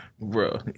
Bro